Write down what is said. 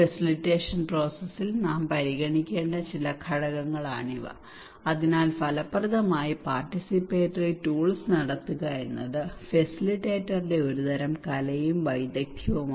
facilitation പ്രോസസ്സിൽ നാം പരിഗണിക്കേണ്ട ചില ഘടകങ്ങളാണിവ അതിനാൽ ഫലപ്രദമായി പാർട്ടിസിപ്പേറ്ററി ടൂൾസ് നടത്തുക എന്നത് ഫെസിലിറ്റേറ്ററുടെ ഒരുതരം കലയും വൈദഗ്ധ്യവുമാണ്